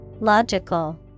logical